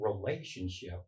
relationship